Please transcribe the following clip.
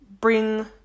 bring